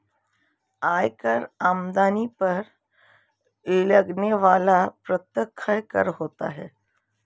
आयकर आमदनी पर लगने वाला प्रत्यक्ष कर होता है